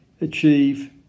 achieve